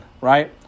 right